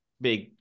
big